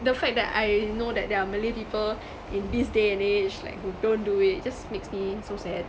the fact that I know that there are malay people in this day and age like who don't do it just makes me so sad